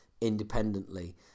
independently